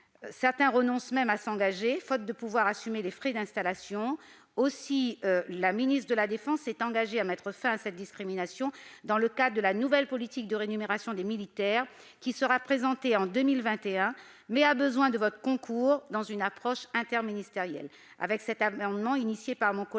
Certains renoncent même à s'engager, faute de pouvoir assumer les frais d'installation. Aussi, la ministre de la défense s'est engagée à mettre fin à cette discrimination dans le cadre de la nouvelle politique de rémunération des militaires, qui sera présentée en 2021, mais elle a besoin de votre concours, dans une approche interministérielle.